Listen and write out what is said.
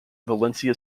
valencia